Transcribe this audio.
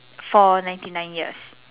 for ninety nine years